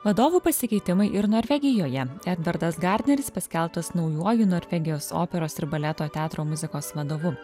vadovų pasikeitimai ir norvegijoje edvardas gardneris paskelbtas naujuoju norvegijos operos ir baleto teatro muzikos vadovu